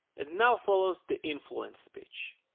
and now follows the influence speech.